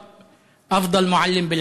בשפה הערבית, להלן תרגומם: